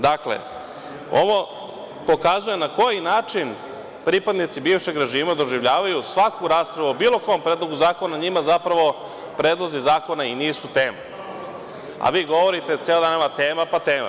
Dakle, ovo pokazuje na koji način pripadnici bivšeg režima doživljavaju svaku raspravu o bilo kom predlogu zakona a njima, zapravo, predlozi zakona i nisu tema, a vi govorite ceo dan nama tema, pa tema.